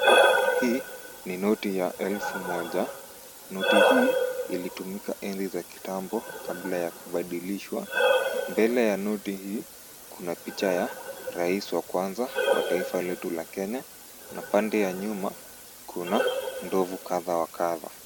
Hii ni noti ya elfu moja. Noti hii ilitumika enzi za kitambo kabla ya kubadilishwa. Mbele ya noti hii kuna picha ya rais wa kwanza wa taifa letu la Kenya na pande ya nyuma kuna ndovu kadha wa kadha.